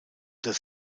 das